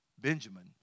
Benjamin